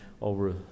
over